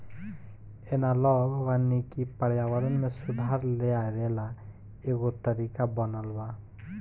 analogue वानिकी पर्यावरण में सुधार लेआवे ला एगो तरीका बनल बा